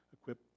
equip